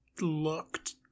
looked